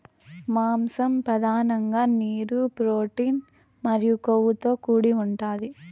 మాంసం పధానంగా నీరు, ప్రోటీన్ మరియు కొవ్వుతో కూడి ఉంటాది